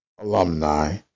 alumni